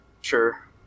Sure